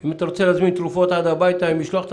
אם אתה רוצה להזמין תרופות עד הבית עם משלוח,